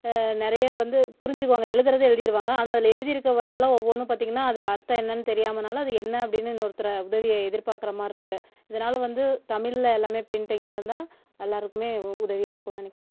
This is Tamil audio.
நிறைய வந்து புரிஞ்சுக்குவாங்க எழுதுகிறத எழுதிகிருவாங்க ஆனால் அதில் எழுந்திருக்க வேர்டலாம் ஒவ்வொன்னும் பார்த்தீங்கன்னா அதில் அர்த்தம் என்னென் தெரியாமனால் அது என்ன அப்படின்னு இன்னொருத்தரை உதவியை எதிர்பார்க்கற மாதிரி இருக்குது இதனால வந்து தமிழில் எல்லாமே ப்ரிண்ட்டிங்காக இருந்தால் எல்லோருக்குமே உ உதவியாக இருக்கும்னு நினைக்கறேன்